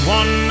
one